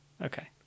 Okay